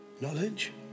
knowledge